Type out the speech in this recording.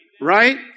Right